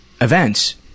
events